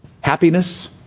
happiness